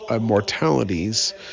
mortalities